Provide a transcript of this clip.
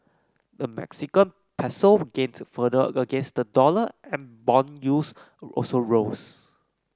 the Mexican peso gained further against the dollar and bond yields also rose